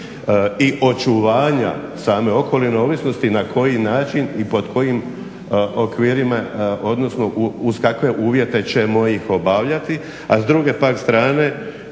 i očuvanja same okoline u ovisnosti na koji način i pod kojim okvirima odnosno uz kakve uvjete ćemo ih obavljati. A s druge pak strane